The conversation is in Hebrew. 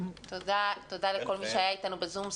תודה לכל מי שהיה איתנו בזום.